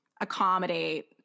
accommodate